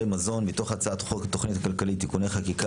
מזון) מתוך הצעת חוק התוכנית הכלכלית (תיקוני חקיקה